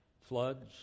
floods